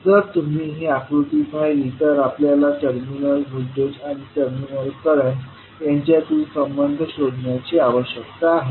जर तुम्ही ही विशिष्ट आकृती पाहिली तर आपल्याला टर्मिनल व्होल्टेज आणि टर्मिनल करंट यांच्यातील संबंध शोधण्याची आवश्यकता आहे